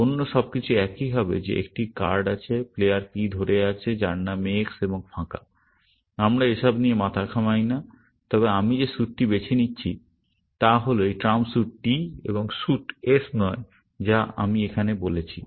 অন্য সবকিছু একই হবে যে একটি কার্ড আছে প্লেয়ার P ধরে আছে যার নাম X এবং ফাঁকা আমরা এসব নিয়ে মাথা ঘামাই না তবে আমি যে স্যুটটি বেছে নিচ্ছি তা হল এই ট্রাম্প স্যুট T এবং স্যুট s নয় যা আমি এখানে বলেছি